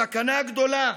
הסכנה גדולה.